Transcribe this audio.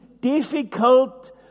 difficult